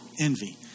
envy